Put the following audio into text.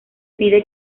pide